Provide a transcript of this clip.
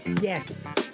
Yes